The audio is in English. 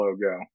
logo